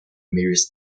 mirrors